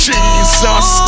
Jesus